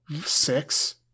six